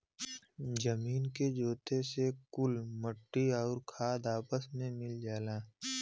जमीन के जोते से कुल मट्टी आउर खाद आपस मे मिल जाला